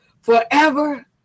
forever